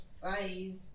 size